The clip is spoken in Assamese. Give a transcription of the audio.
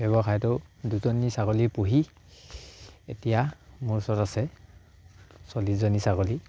ব্যৱসায়টো দুজনী ছাগলী পুহি এতিয়া মোৰ ওচৰত আছে চল্লিছজনী ছাগলী